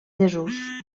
desús